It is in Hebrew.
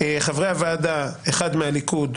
חברי הוועדה אחד מהליכוד,